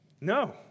No